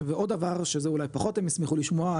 ועוד דבר שזה אולי פחות הם ישמחו לשמוע,